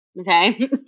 okay